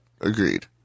agreed